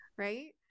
right